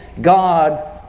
God